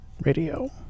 Radio